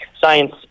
science